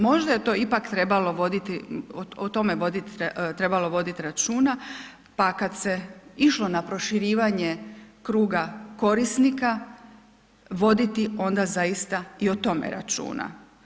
Možda je to ipak trebalo voditi, o tome trebalo voditi računa, pa kad se išlo na proširivanje kruga korisnika voditi onda zaista i o tome računa.